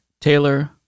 Taylor